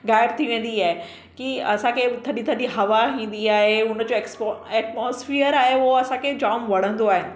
ग़ाइबु थी वेंदी आहे की असांखे थधी थधी हवा ईंदी आहे उनजो एक्सपो एटमोसपियर आहे उहो असांखे जामु वणंदो आहे